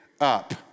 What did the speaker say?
up